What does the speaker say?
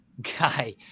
guy